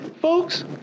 folks